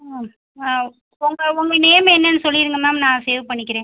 ம் உங்கள் உங்கள் நேம் என்னென்னு சொல்லிவிடுங்க மேம் நான் சேவ் பண்ணிக்கிறேன்